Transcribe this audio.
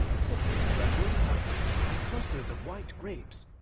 citrons and rose-apples and clusters of white grapes,